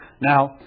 now